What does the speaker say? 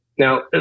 Now